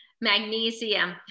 magnesium